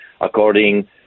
according